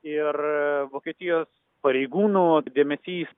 ir vokietijos pareigūnų dėmesys